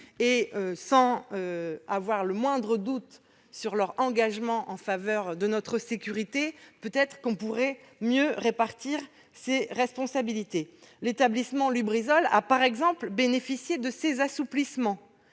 existe le moindre doute sur leur engagement en faveur de notre sécurité, peut-être faudrait-il mieux répartir ces responsabilités ? L'établissement Lubrizol a, par exemple, bénéficié de ces assouplissements